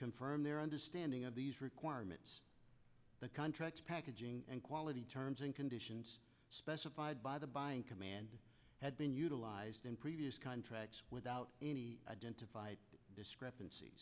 confirm their understanding of these requirements the contract packaging and quality terms and conditions specified by the buying command had been utilized in previous contracts without any identified discrepanc